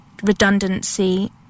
redundancy